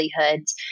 livelihoods